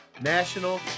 National